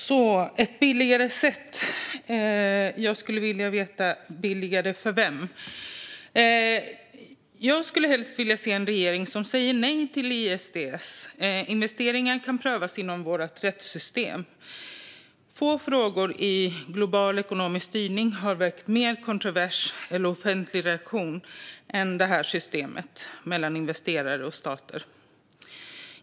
Fru talman! Ett billigare sätt, talade ministern om, och jag skulle vilja veta: Billigare för vem? Jag skulle vilja se en regering som säger nej till ISDS. Investeringar kan prövas inom vårt rättssystem. Få frågor i global ekonomisk styrning har väckt mer kontrovers eller offentlig reaktion än det här systemet mellan investerare och stater.